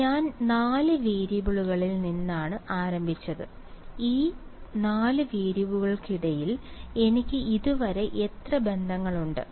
അതിനാൽ ഞാൻ 4 വേരിയബിളുകളിൽ നിന്നാണ് ആരംഭിച്ചത് ഈ 4 വേരിയബിളുകൾക്കിടയിൽ എനിക്ക് ഇതുവരെ എത്ര ബന്ധങ്ങളുണ്ട്